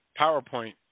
PowerPoint